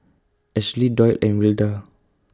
Ashly Doyle and Wilda